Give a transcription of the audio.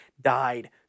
died